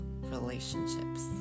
relationships